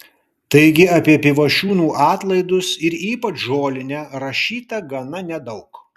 taigi apie pivašiūnų atlaidus ir ypač žolinę rašyta gana nedaug